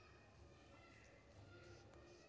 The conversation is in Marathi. खरीप हंगामात कोणती पिके येतात?